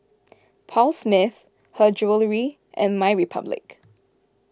Paul Smith Her Jewellery and My Republic